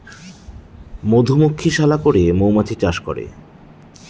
মধুমক্ষিশালা করে মৌমাছি চাষ করে